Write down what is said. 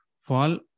fall